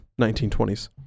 1920s